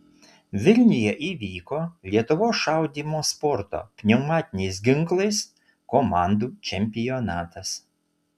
vilniuje įvyko lietuvos šaudymo sporto pneumatiniais ginklais komandų čempionatas